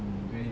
mm